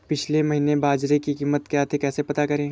पिछले महीने बाजरे की कीमत क्या थी कैसे पता करें?